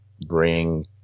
bring